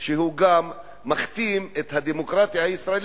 אלא הוא גם מכתים את הדמוקרטיה הישראלית,